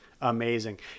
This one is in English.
amazing